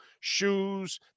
shoes